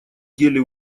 деле